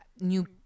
New